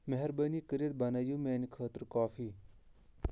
مہربٲنی کٔرِتھ بنٲیِو میانہِ خٲطرٕ کافی